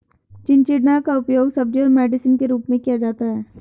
चिचिण्डा का उपयोग सब्जी और मेडिसिन के रूप में किया जाता है